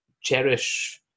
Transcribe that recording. cherish